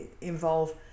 involve